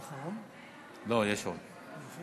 בבקשה.